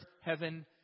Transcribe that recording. heaven